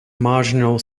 marginal